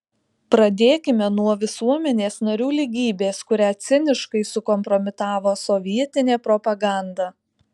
pradėkime nuo visuomenės narių lygybės kurią ciniškai sukompromitavo sovietinė propaganda